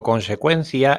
consecuencia